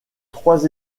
trois